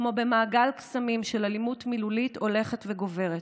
כמו במעגל קסמים של אלימות מילולית הולכת וגוברת,